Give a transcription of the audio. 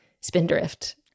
Spindrift